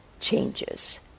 changes